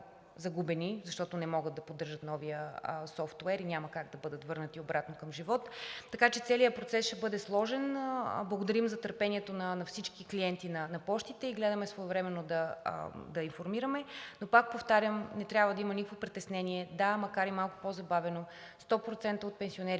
защото не могат да поддържат новия софтуер и няма как да бъдат върнати обратно към живот, така че целият процес ще бъде сложен. Благодарим за търпението на всички клиенти на пощите и гледаме своевременно да ги информираме. Но пак повтарям, не трябва да има никакви притеснения – да, макар и малко по-забавено, 100% от пенсионерите